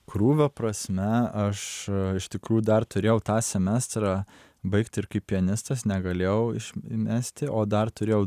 krūvio prasme aš iš tikrųjų dar turėjau tą semestrą baigti ir kaip pianistas negalėjau iš mesti o dar turėjau